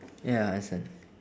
ya understand